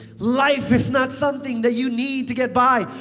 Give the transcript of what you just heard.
life is not something that you need to get by.